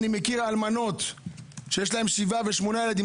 אני מכיר אלמנות שיש להם שבעה ושמונה ילדים,